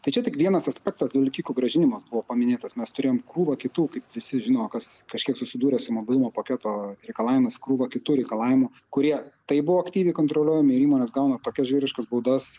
tai čia tik vienas aspektas vilkikų grąžinimas buvo paminėtas mes turėjom krūvą kitų kaip visi žino kas kažkiek susidūrė su mobilumo paketo reikalavimais krūva kitų reikalavimų kurie taip buvo aktyviai kontroliuojami ir įmonės gauna tokias žvėriškas baudas